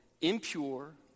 impure